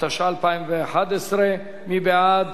התשע"א 2011. מי בעד,